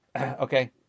Okay